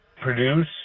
produce